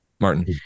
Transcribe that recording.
Martin